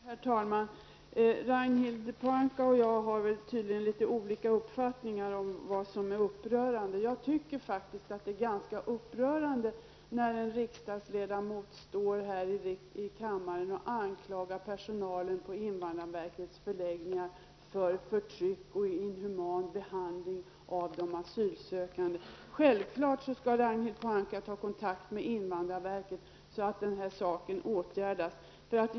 Herr talman! Ragnhild Pohanka och jag har tydligen litet olika uppfattningar om vad som är upprörande. Jag tycker faktiskt att det är ganska upprörande när en riksdagsledamot står här i kammaren och anklagar personalen på invandrarverkets förläggningar för förtryck och inhuman behandling av de asylsökande. Självklart skall Ragnhild Pohanka ta kontakt med invandrarverket, så att den här saken åtgärdas.